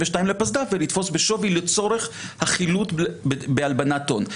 לפסד"פ ולתפוס בשווי לצורך החילוט בהלבנת הון.